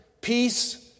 peace